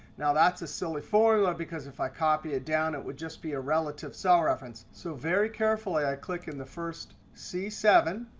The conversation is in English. now, that's a silly formula, because if i copy it down, it would just be a relative cell reference. so very carefully i click in the first c seven.